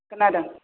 खोनादों